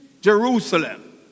Jerusalem